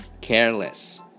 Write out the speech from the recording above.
careless